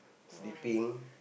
sleeping